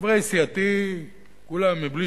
חברי סיעתי, כולם, בלי